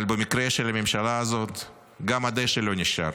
אבל במקרה של הממשלה הזאת גם הדשא לא נשאר,